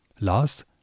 Last